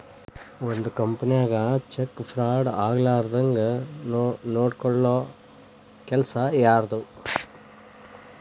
ಒಂದ್ ಕಂಪನಿನ್ಯಾಗ check fraud ಆಗ್ಲಾರ್ದಂಗ್ ನೊಡ್ಕೊಲ್ಲೊ ಕೆಲಸಾ ಯಾರ್ದು?